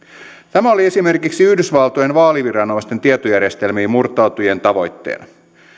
tämä oli esimerkiksi yhdysvaltojen vaaliviranomaisten tietojärjestelmiin murtautujien tavoitteena